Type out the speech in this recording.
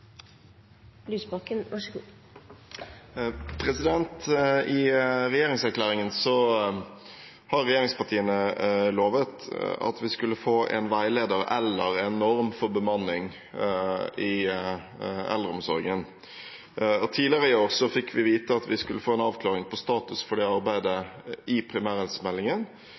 I regjeringserklæringen lovet regjeringspartiene at vi skulle få en veileder eller en norm for bemanning i eldreomsorgen. Tidligere i år fikk vi vite at vi skulle få en avklaring av status for dette arbeidet